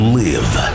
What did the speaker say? live